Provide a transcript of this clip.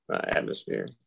atmosphere